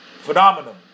phenomenon